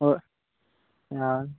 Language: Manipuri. ꯍꯣꯏ ꯌꯥꯒꯅꯤ